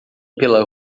pela